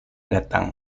datang